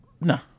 No